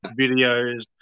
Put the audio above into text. videos